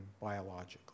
biologically